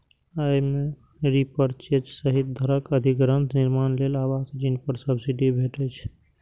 अय मे रीपरचेज सहित घरक अधिग्रहण, निर्माण लेल आवास ऋण पर सब्सिडी भेटै छै